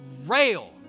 rail